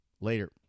Later